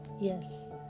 Yes